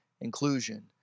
inclusion